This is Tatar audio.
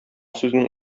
сүзнең